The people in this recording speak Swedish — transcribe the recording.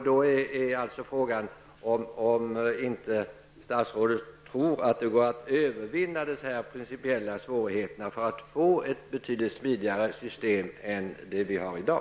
Då är frågan om statsrådet inte tror att det går att övervinna dessa principiella svårigheter för att få ett betydligt smidigare system än det som vi har i dag.